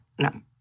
no